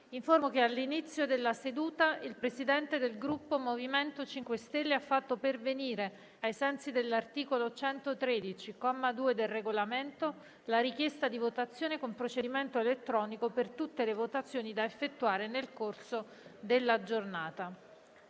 che all'inizio della seduta il Presidente del Gruppo MoVimento 5 Stelle ha fatto pervenire, ai sensi dell'articolo 113, comma 2, del Regolamento, la richiesta di votazione con procedimento elettronico per tutte le votazioni da effettuare nel corso della seduta.